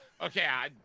Okay